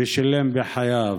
ושילם בחייו.